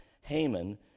Haman